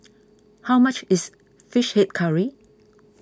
how much is Fish Head Curry